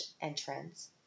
entrance